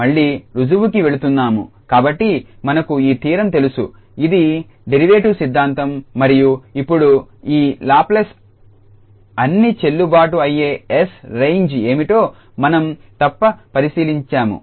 మళ్ళీ రుజువుకి వెళుతున్నాము కాబట్టి మనకు ఈ థీరం తెలుసు ఇది డెరివేటివ్ సిద్ధాంతం మరియు ఇప్పుడు ఈ లాప్లేస్ అన్ని చెల్లుబాటు అయ్యే 𝑠 రేంజ్ ఏమిటో మనం తప్పక పరిశీలించాలి